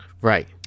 right